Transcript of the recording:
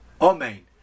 Amen